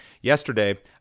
Yesterday